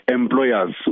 employers